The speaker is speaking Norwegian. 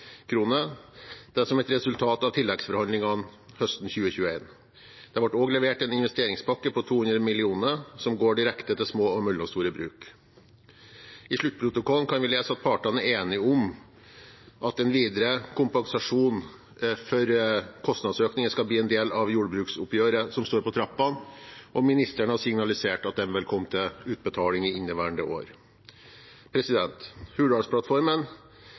som et resultat av tilleggsforhandlingene høsten 2021. Det ble også levert en investeringspakke på 200 mill. kr, som går direkte til små og mellomstore bruk. I sluttprotokollen kan vi lese at partene er enige om at videre kompensasjon for kostnadsøkningene skal bli en del av jordbruksoppgjøret som står på trappene, og ministeren har signalisert at den vil komme til utbetaling i inneværende år. Hurdalsplattformen